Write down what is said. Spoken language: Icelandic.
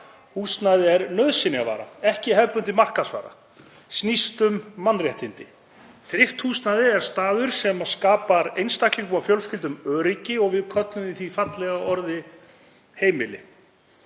Húsnæði er nauðsynjavara, ekki hefðbundin markaðsvara, snýst um mannréttindi. Tryggt húsnæði er staður sem skapar einstaklingum og fjölskyldum öryggi og við köllum því fallega orði heimili.